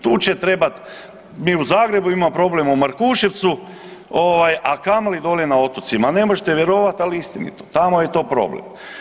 Tu će trebat, mi u Zagrebu imamo problem u Markuševicu, a kamoli dolje na otocima, ne možete vjerovat ali istinito, tamo je to problem.